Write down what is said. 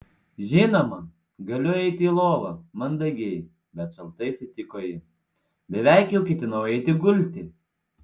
žinoma galiu eiti į lovą mandagiai bet šaltai sutiko ji beveik jau ketinau eiti gulti